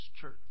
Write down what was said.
church